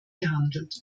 gehandelt